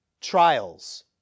trials